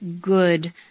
good